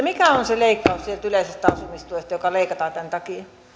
mikä on se leikkaus sieltä yleisestä asumistuesta joka leikataan tämän takia